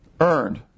earned